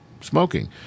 smoking